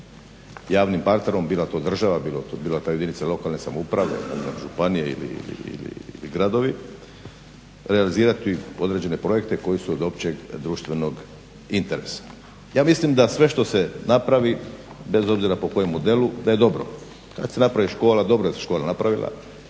javnim partnerom, bila to država, bila to jedinica lokalne samouprave, županije ili gradovi, realizirati određene projekte koji su od općeg društvenog interesa. Ja mislim da sve što se napravi, bez obzira po kojem modelu, da je dobro. Kad se napravi škola dobro je da se škola napravila,